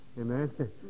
amen